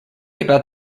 about